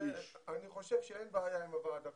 אני חושב שאין בעיה עם הוועד הכולל.